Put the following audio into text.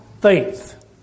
faith